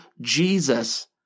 Jesus